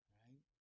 right